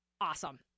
awesome